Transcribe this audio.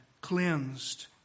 cleansed